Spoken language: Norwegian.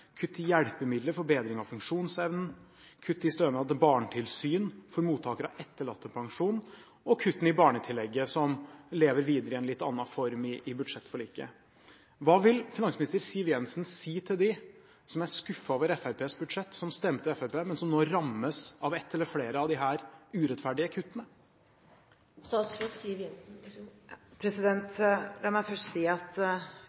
kutt i hjelpemidler for bedring av funksjonsevnen, kutt i stønad til barnetilsyn for mottakere av etterlattepensjon og kuttene i barnetillegget, som lever videre i en litt annen form i budsjettforliket. Hva vil finansminister Siv Jensen si til dem som er skuffet over Fremskrittspartiets budsjett, som stemte Fremskrittspartiet, men som nå rammes av ett eller flere av disse urettferdige kuttene? La meg først si at